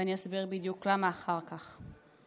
ואני אסביר בדיוק למה, אחר כך: